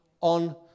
On